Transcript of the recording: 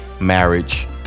marriage